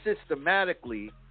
systematically